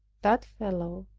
that fellow,